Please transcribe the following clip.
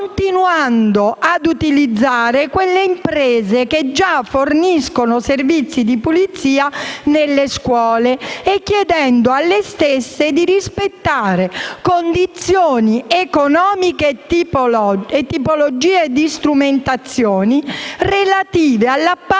continuando a utilizzare quelle imprese che già forniscono servizi di pulizia nelle scuole e chiedendo alle stesse di rispettare condizioni economiche e tipologie di strumentazioni relative all'appalto